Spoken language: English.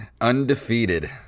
Undefeated